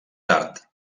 tard